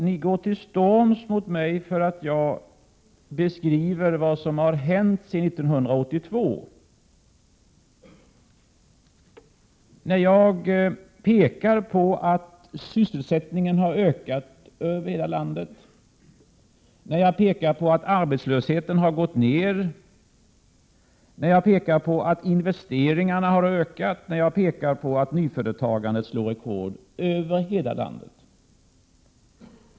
Ni går till storms mot mig när jag beskriver vad som har hänt sedan 1982 och påpekar att sysselsättningen har ökat i hela landet, att 4 arbetslösheten gått ner, att investeringarna har ökat och att nyföretagandet slår rekord i hela landet.